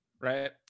Right